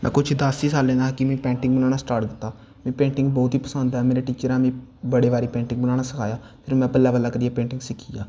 में कुश दस ई सालें दा हा कि में पैंटिंग बनाना स्टार्ट कीता मिगी पेंटिंग बौह्त इ पसंद ऐ मेरे टीचरैं मिगी बड़े बारी पेंटिंग बनाना सखाया फिर में बल्लैं बल्लैं करियै पेंटिग सिक्खियां